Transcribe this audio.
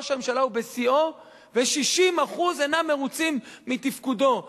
ראש הממשלה הוא בשיאו ו-60% אינם מרוצים מתפקודו.